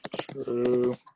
True